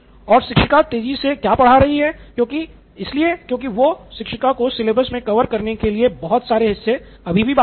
और शिक्षिका तेज़ी से क्यों पढ़ा रही है क्योंकि शिक्षिका को सिलेबस मे कवर करने के लिए बहुत से हिस्से बाकी हैं